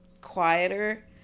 quieter